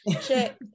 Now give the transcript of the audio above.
Check